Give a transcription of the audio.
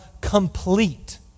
complete